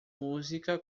música